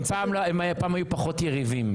הם פעם היו פחות יריבים.